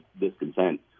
discontent